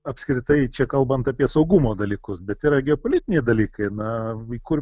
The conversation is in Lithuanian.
apskritai čia kalbant apie saugumo dalykus bet yra geopolitiniai dalykai na kur